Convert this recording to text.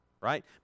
right